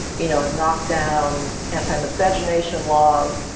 you know knocked down anti-miscegenation laws,